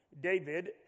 David